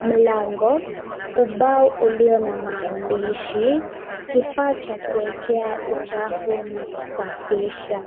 Mlango, ubao ulio na maandishi, kifaa cha kuekea uchafu na kusafisha.